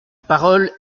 parole